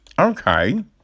okay